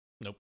Nope